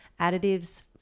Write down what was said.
additives